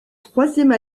troisième